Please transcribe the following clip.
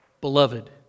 beloved